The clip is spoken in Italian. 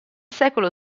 secolo